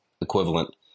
equivalent